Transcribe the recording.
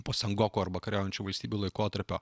po sangoku arba kariaujančių valstybių laikotarpio